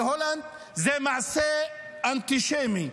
בהולנד זה מעשה אנטישמי.